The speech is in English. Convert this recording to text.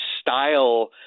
style